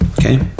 Okay